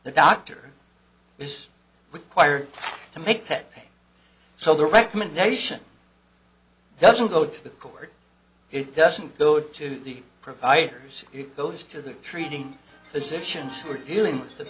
the doctor is required to make that pay so the recommendation doesn't go to the court it doesn't go to the providers it goes to the treating physicians who are dealing with the